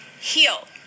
heal